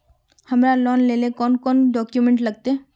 हमरा लोन लेले कौन कौन डॉक्यूमेंट लगते?